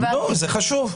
זה חשוב.